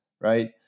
Right